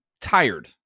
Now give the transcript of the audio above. tired